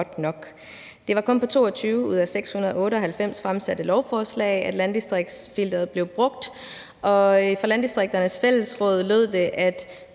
Det var kun på 22 ud af 698 fremsatte lovforslag, landdistriktsfilteret blev brugt, og fra Landdistrikternes Fællesråd lød det, at